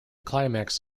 climax